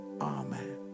Amen